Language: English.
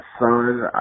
son